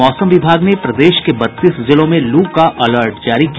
और मौसम विभाग ने प्रदेश के बत्तीस जिलों में लू का अलर्ट जारी किया